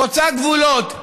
חוצה גבולות אידיאולוגיים,